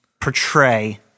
portray